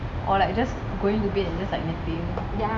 ya or like just going to bed and napping